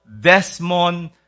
Desmond